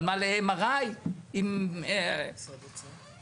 אבל מה ל-MRI עם שר החוץ?